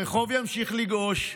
הרחוב ימשיך לגעוש.